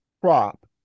crop